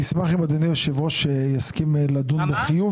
אני אשמח אם אדוני היושב ראש יסכים לדון בחיוב